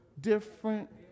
different